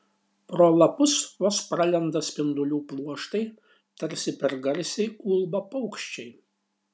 pro lapus vos pralenda spindulių pluoštai tarsi per garsiai ulba paukščiai